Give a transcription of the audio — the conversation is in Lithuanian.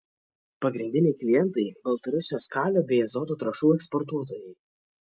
pagrindiniai klientai baltarusijos kalio bei azoto trąšų eksportuotojai